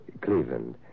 Cleveland